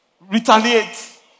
retaliate